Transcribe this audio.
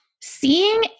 seeing